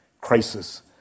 crisis